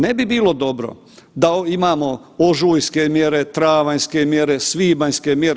Ne bi bilo dobro da imamo ožujske mjere, travanjske mjere, svibanjske mjere.